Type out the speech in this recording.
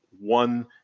one